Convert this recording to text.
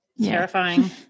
Terrifying